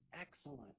excellent